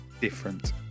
different